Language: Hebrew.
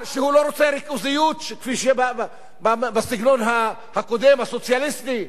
שהוא לא רוצה ריכוזיות בסגנון הקודם, הסוציאליסטי,